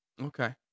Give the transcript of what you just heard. Okay